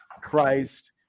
Christ